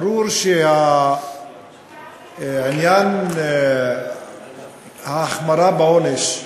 ברור שעניין ההחמרה בעונש,